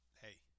hey